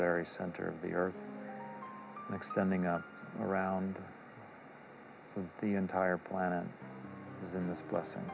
very center of the earth and extending out around the entire planet in this blessing